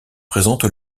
présente